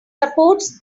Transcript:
supports